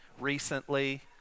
recently